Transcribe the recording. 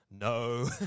no